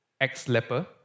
ex-leper